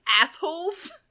assholes